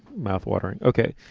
mouth-watering. okay.